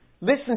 Listen